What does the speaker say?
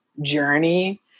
journey